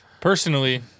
Personally